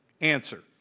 answer